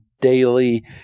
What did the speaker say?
daily